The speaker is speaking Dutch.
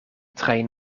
trein